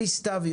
אלי סתיו,